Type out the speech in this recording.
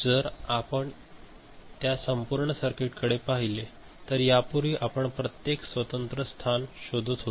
जर आपण त्या संपूर्ण सर्किट कडे पाहिले तर यापूर्वी आपण प्रत्येक स्वतंत्र स्थान शोधत होतो